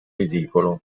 ridicolo